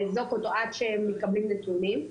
לאזוק אותו עד שמתקבלים נתונים,